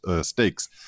stakes